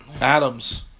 Adams